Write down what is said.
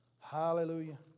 Hallelujah